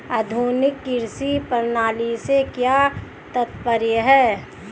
आधुनिक कृषि प्रणाली से क्या तात्पर्य है?